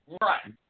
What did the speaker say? right